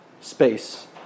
space